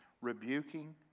rebuking